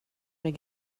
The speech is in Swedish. med